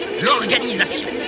l'organisation